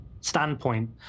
standpoint